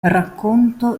racconto